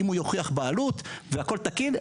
אם הוא יוכיח בעלות והכל תקין,